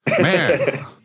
Man